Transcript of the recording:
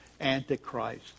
Antichrist